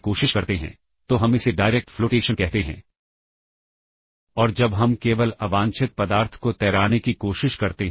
इसको करने के लिए हमें पॉप इंस्ट्रक्शन का सहारा लेना पड़ेगा और यह पॉपिंग उलटी दिशा में की जाएगी